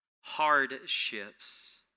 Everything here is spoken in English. hardships